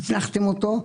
הכללתם אותו.